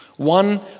One